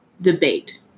debate